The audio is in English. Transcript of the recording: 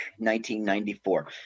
1994